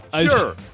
sure